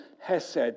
hesed